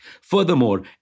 Furthermore